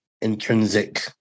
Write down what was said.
intrinsic